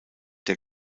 der